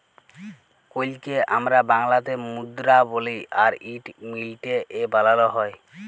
কইলকে আমরা বাংলাতে মুদরা বলি আর ইট মিলটে এ বালালো হয়